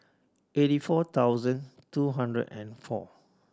eighty four thousand two hundred and four